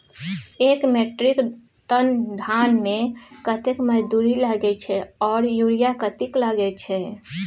एक metric ton धान में कतेक मजदूरी लागे छै आर यूरिया कतेक लागे छै?